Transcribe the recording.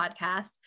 podcast